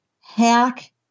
Hack